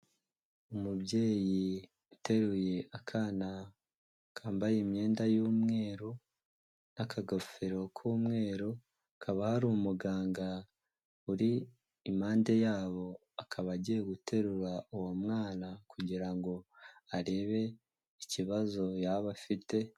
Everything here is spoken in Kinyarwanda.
Umubyeyi uteruye akana kambaye imyenda y'umweru n'akagofero k'umweru, hakaba hari umuganga uri impande yabo, akaba agiye guterura uwo mwana kugira ngo arebe ikibazo yaba afite.